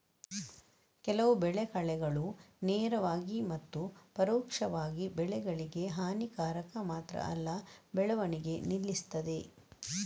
ಕೆಲವು ಬೆಳೆ ಕಳೆಗಳು ನೇರವಾಗಿ ಮತ್ತು ಪರೋಕ್ಷವಾಗಿ ಬೆಳೆಗಳಿಗೆ ಹಾನಿಕಾರಕ ಮಾತ್ರ ಅಲ್ಲ ಬೆಳವಣಿಗೆ ನಿಲ್ಲಿಸ್ತದೆ